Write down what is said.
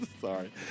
Sorry